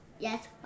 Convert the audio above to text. Yes